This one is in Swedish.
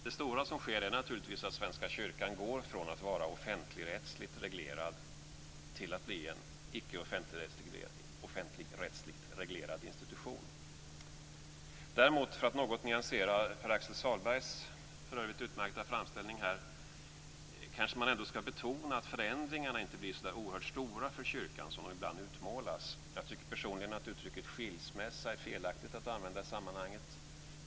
Det stora som sker är naturligtvis att Svenska kyrkan går från att vara offentligt-rättsligt reglerad till att bli en icke offentligt-rättsligt reglerad institution. Däremot kanske man ska, för att något nyansera Pär Axel Sahlbergs - för övrigt utmärkta - framställning, betona att förändringarna inte blir så oerhört stora för kyrkan som det ibland utmålas. Jag tycker personligen att uttrycket skilsmässa är felaktigt att använda i sammanhanget.